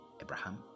Abraham